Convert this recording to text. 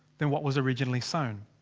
than what was originally sown.